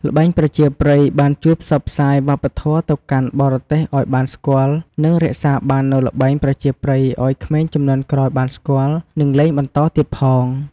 ល្បែងប្រជាប្រិយបានជួយផ្សព្វផ្សាយវប្បធម៌ទៅកាន់បរទេសឲ្យបានស្គាល់ និងរក្សាបាននូវល្បែងប្រជាប្រិយឲ្យក្មេងជំនាន់ក្រោយបានស្គាល់ និងលេងបន្តទៀតផង។